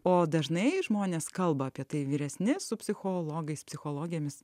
o dažnai žmonės kalba apie tai vyresni su psichologais psichologėmis